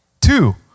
Two